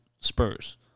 Spurs